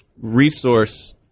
resource